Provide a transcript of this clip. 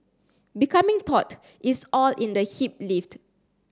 becoming taut is all in the hip lift